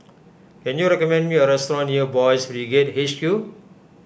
can you recommend me a restaurant near Boys' Brigade H Q